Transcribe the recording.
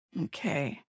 Okay